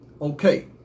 Okay